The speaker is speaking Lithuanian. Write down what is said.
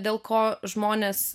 dėl ko žmonės